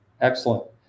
Excellent